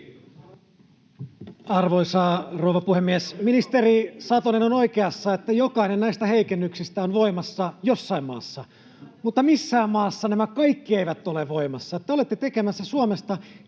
Arvoisa rouva puhemies! Ministeri Satonen on oikeassa, että jokainen näistä heikennyksistä on voimassa jossain maassa, mutta missään maassa nämä kaikki eivät ole voimassa. Te olette tekemässä Suomesta